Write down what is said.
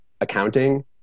accounting